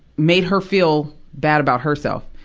made her feel bad about herself.